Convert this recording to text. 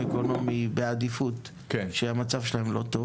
לסוציואקונומי שהמצב שלהן לא טוב